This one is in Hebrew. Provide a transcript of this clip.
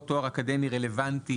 או תואר אקדמי רלוונטי,